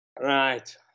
right